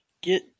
get